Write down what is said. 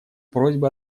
просьбы